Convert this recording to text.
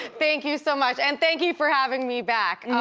thank you so much and thank you for having me back.